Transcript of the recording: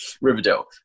Riverdale